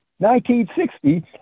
1960